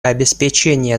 обеспечения